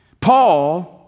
Paul